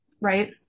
right